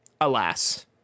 alas